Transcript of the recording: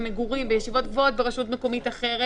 במגורים בישיבות גבוהות ברשות מקומית אחרת